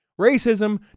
racism